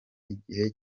igihe